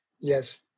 Yes